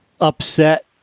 upset